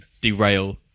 derail